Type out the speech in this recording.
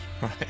right